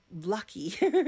lucky